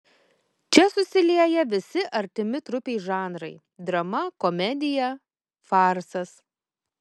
čia susilieja visi artimi trupei žanrai drama komedija farsas